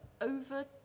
over